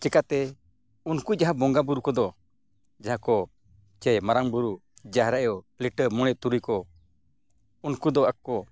ᱪᱤᱠᱟᱹᱛᱮ ᱩᱱᱠᱩ ᱡᱟᱦᱟᱸᱭ ᱵᱚᱸᱜᱟᱼᱵᱩᱨᱩ ᱠᱚᱫᱚ ᱡᱟᱦᱟᱸᱭ ᱠᱚ ᱥᱮ ᱢᱟᱨᱟᱝ ᱵᱩᱨᱩ ᱡᱟᱦᱮᱨ ᱟᱭᱳ ᱞᱤᱴᱟᱹ ᱢᱚᱬᱮ ᱛᱩᱨᱩᱭ ᱠᱚ ᱩᱱᱠᱩ ᱫᱚ ᱟᱠᱚ